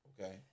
Okay